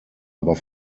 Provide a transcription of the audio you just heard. aber